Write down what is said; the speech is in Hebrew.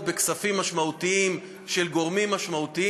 בכספים משמעותיים של גורמים משמעותיים?